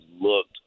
looked